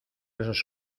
esos